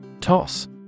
Toss